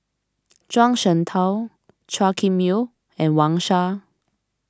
Zhuang Shengtao Chua Kim Yeow and Wang Sha